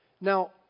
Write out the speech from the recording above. Now